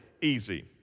easy